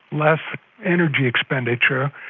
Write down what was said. less energy expenditure,